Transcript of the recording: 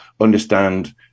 understand